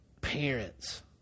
parents